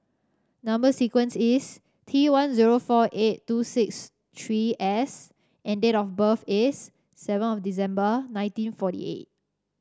number sequence is T one zero four eight two six three S and date of birth is seven of December nineteen forty eight